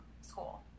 school